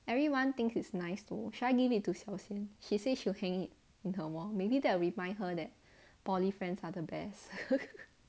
everyone thinks it's nice though should I give it to 小仙 she say she will hang it in her mall maybe that will remind her that poly friends are the best